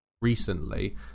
recently